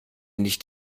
nicht